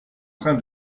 train